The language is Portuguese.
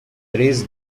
três